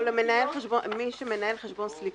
או למי שמנהל חשבון סליקה.